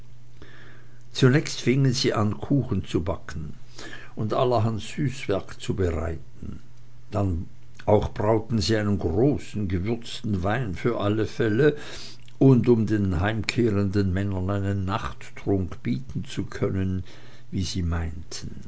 zunächst fingen sie an kuchen zu backen und allerhand süßwerk zu bereiten auch brauten sie einen großen gewürzten wein für alle fälle und um den heimkehrenden männern einen nachttrunk bieten zu können wie sie meinten